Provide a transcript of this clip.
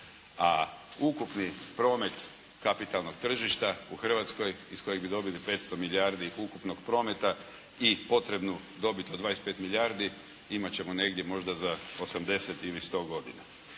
A ukupni promet kapitalnog tržišta u Hrvatskoj iz kojeg bi dobili 500 milijardi ukupnog prometa i potrebnu dobit od 25 milijardi imati ćemo negdje možda za 80 ili 100 godina.